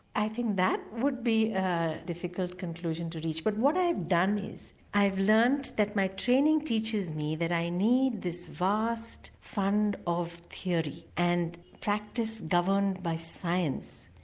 i think that would be a difficult conclusion to reach but what i have done is i've learnt that my training teaches me that i need this vast fund of theory and practice governed by science.